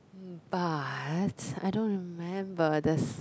but I don't remember the